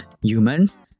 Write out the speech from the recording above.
humans